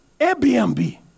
Airbnb